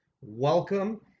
Welcome